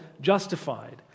justified